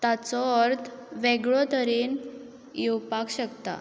ताचो अर्थ वेगळो तरेन येवपाक शकता